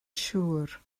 siŵr